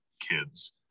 kids